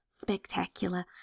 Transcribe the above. spectacular